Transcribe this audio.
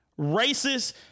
racist